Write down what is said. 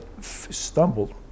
stumbled